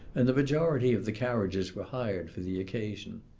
and the majority of the carriages were hired for the occasion.